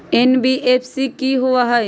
NBFC कि होअ हई?